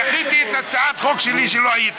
דחיתי את הצעת החוק שלי כשלא היית